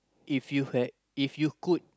if you heard if you could